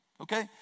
Okay